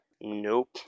nope